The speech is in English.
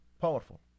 powerful